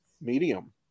medium